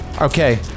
Okay